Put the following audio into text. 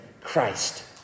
Christ